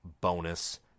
bonus